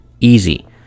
easy